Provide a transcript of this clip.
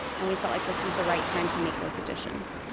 and we felt like this was the right time to make those additions.